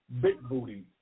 big-booty